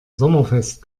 sommerfest